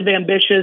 ambitious